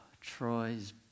Troy's